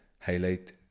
highlight